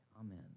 Amen